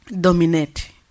dominate